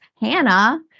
Hannah